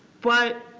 but,